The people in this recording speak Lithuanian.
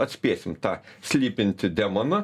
atspėsim tą slypintį demoną